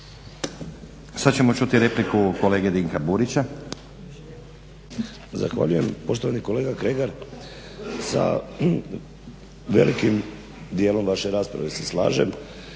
Sad ćemo čuti repliku kolege Dinka burića.